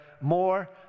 more